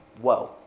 whoa